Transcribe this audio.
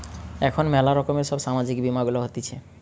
এখন ম্যালা রকমের সব সামাজিক বীমা গুলা হতিছে